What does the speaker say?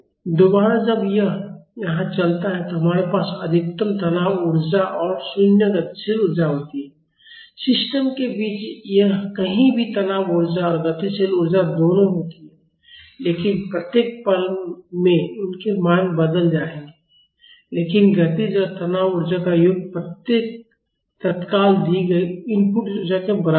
दोबारा जब यह यहां चलता है तो हमारे पास अधिकतम तनाव ऊर्जा और 0 गतिशील ऊर्जा होती है सिस्टम के बीच कहीं भी तनाव ऊर्जा और गतिशील ऊर्जा दोनों होती है लेकिन प्रत्येक पल में उनके मान बदल जाएंगे लेकिन गतिज और तनाव ऊर्जा का योग प्रत्येक तत्काल दी गई इनपुट ऊर्जा के बराबर होगा